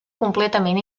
completament